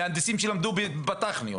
מהנדסים שלמדו בטכניון.